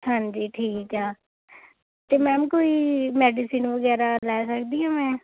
ਹਾਂਜੀ ਠੀਕ ਆ ਅਤੇ ਮੈਮ ਕੋਈ ਮੈਡੀਸਨ ਵਗੈਰਾ ਲੈ ਸਕਦੀ ਹਾਂ ਮੈਂ